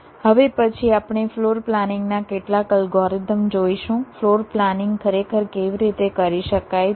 હવે પછી આપણે ફ્લોર પ્લાનિંગના કેટલાક અલ્ગોરિધમ જોઈશું ફ્લોર પ્લાનિંગ ખરેખર કેવી રીતે કરી શકાય